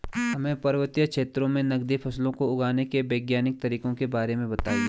हमें पर्वतीय क्षेत्रों में नगदी फसलों को उगाने के वैज्ञानिक तरीकों के बारे में बताइये?